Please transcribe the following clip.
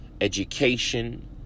education